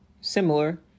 similar